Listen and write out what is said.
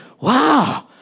Wow